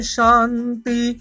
Shanti